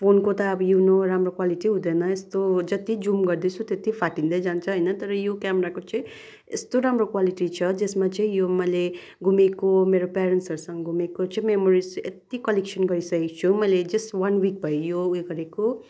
फोनको त अब यू नो राम्रो क्वालिटी हुँदैन यस्तो जति जुम गर्दैछु त्यति फाटिँदै जान्छ होइन तर यो क्यामेराको चाहिँ यस्तो राम्रो क्वालिटी छ जसमा चाहिँ यो मैले घुमेको मेरो पेरेन्ट्सहरूसँग घुमेको चाहिँ मेमोरिस यति कलेक्सन गरिसकेको छु हो मैले जस्ट वान विक भयो यो उयो गरेको